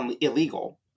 illegal